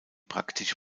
praktische